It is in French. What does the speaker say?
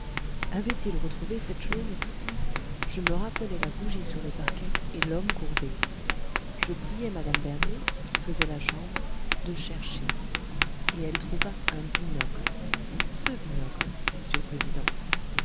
avait-il retrouvé cette chose je me rappelai la bougie sur le parquet et l'homme courbé je priai mme bernier qui faisait la chambre de chercher et elle trouva un binocle ce binocle m'sieur le président